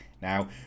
Now